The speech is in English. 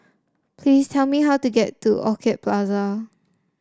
please tell me how to get to Orchid Plaza